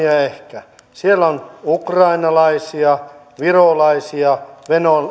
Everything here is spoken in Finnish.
muutamia ehkä siellä on ukrainalaisia virolaisia